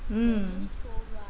mm